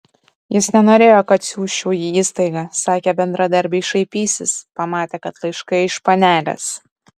jis nenorėjo kad siųsčiau į įstaigą sakė bendradarbiai šaipysis pamatę kad laiškai iš panelės